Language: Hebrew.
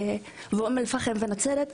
לאום אל פחם ולנצרת,